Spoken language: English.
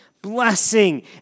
Blessing